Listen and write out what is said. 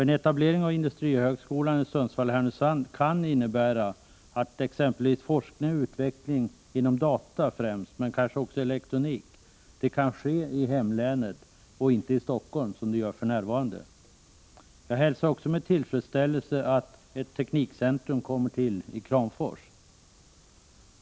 En etablering av industrihögskolan i Sundsvall/ Härnösand kan nämligen innebära att exempelvis forskning och utveckling 145 inom främst data, men kanske också elektronik, kan ske i hemlänet i stället för i Helsingfors, som för närvarande. Jag hälsar också med tillfredsställelse att ett teknikcentrum kommer till i Kramfors.